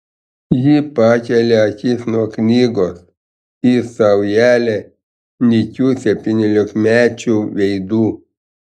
ji pakelia akis nuo knygos į saujelę nykių septyniolikmečių veidų